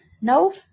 No